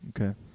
Okay